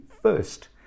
First